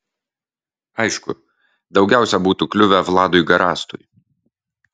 aišku daugiausiai būtų kliuvę vladui garastui